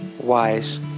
wise